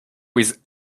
with